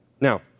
Now